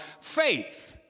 faith